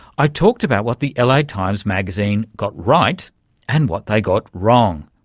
i talked about what the la times magazine got right and what they got wrong.